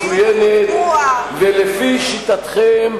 מצוינת, ולפי שיטתכם,